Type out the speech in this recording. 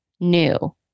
new